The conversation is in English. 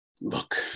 Look